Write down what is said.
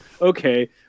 okay